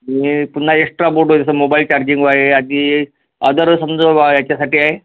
आणि पुन्हा extra board जसं मोबाईल चार्जिंग वायर आदी अदर समजा वाय याच्यासाठी आहे